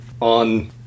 on